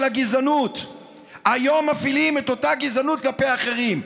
הגזענות מפעילים היום את אותה גזענות כלפי אחרים.